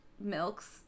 milks